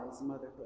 motherhood